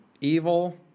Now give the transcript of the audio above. evil